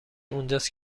اونجاست